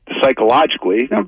psychologically